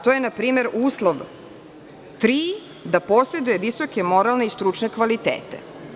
To je, npr, uslov tri da poseduje visoke, moralne i stručne kvalitete.